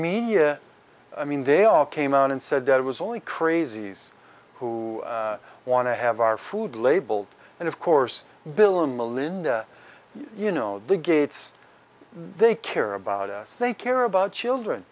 media i mean they all came out and said that it was only crazies who want to have our food labeled and of course bill and melinda you know the gates they care about us they care about children